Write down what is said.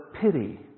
pity